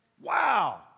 Wow